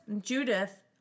Judith